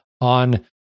on